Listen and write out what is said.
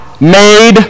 made